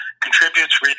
contributes